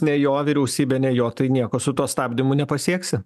ne jo vyriausybė ne jo tai nieko su tuo stabdymu nepasieksi